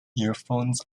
earphones